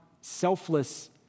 selfless